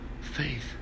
faith